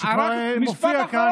שכבר מופיע כאן ברשימה.